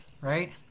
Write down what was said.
right